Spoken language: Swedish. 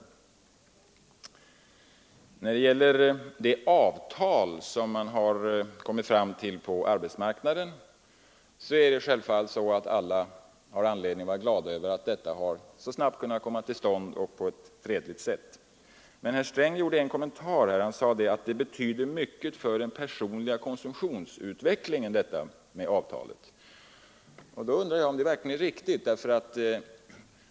stabiliseringspoli När det gäller det avtal som man har kommit fram till på tiska åtgärder arbetsmarknaden har självfallet alla anledning att vara glada över att detta kunnat komma till stånd så snabbt och på ett fredligt sätt. Men herr Sträng gjorde en kommentar, nämligen att detta avtal betyder mycket för den personliga konsumtionsutvecklingen. Jag undrar om det verkligen är riktigt.